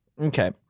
Okay